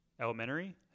elementary